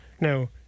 Now